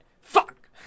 fuck